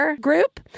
group